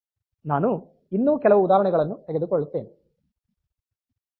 ನಾನು ಇನ್ನೂ ಕೆಲವು ಉದಾಹರಣೆಗಳನ್ನು ತೆಗೆದುಕೊಳ್ಳುತ್ತೇನೆ